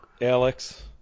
Alex